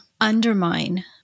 undermine